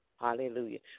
Hallelujah